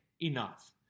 enough